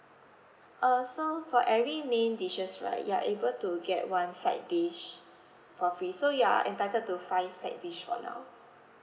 uh so for every main dishes right you are able to get one side dish for free so you are entitled to five side dish for now